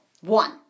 One